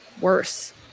worse